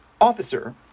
officer